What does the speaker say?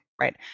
right